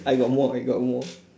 I got more I got more